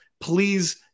please